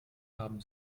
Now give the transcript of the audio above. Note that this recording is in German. haben